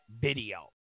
video